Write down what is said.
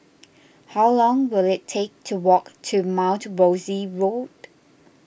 how long will it take to walk to Mount Rosie Road